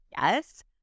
Yes